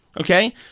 Okay